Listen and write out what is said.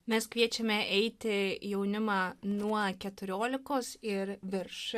mes kviečiame eiti jaunimą nuo keturiolikos ir virš